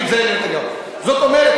כלומר,